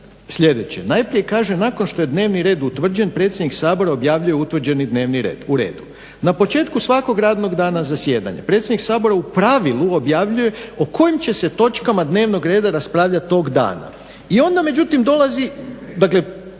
sljedeće, najprije kaže "nakon što je dnevni red utvrđen predsjednik Sabora objavljuje utvrđeni dnevni red", uredu. "Na početku svakog radnog dana zasjedanja predsjednik Sabora u pravilu objavljuje o kojim će se točkama dnevnog reda raspravljati tog dana". I onda međutim dolazi